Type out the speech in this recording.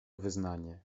wyznanie